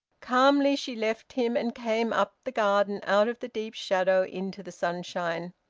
calmly she left him, and came up the garden out of the deep shadow into the sunshine.